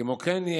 כמו כן,